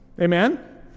Amen